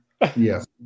Yes